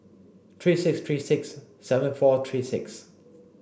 three six three six seven four three six